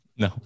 No